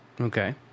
Okay